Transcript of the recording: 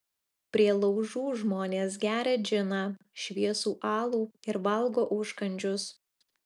prie laužų žmonės geria džiną šviesų alų ir valgo užkandžius